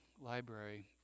library